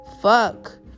Fuck